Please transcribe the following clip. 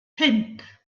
pump